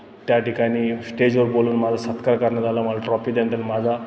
त्या ठिकाणी स्टेजवर बोलावून माझा सत्कार करण्यात आला मला ट्रॉपी दनंतर माझा